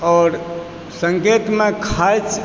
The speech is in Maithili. आओर संकेतमऽ खर्च